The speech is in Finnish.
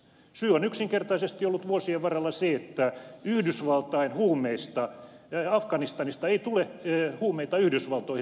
syy on ollut vuosien varrella yksinkertaisesti se että afganistanista ei tule huumeita yhdysvaltoihin